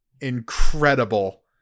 incredible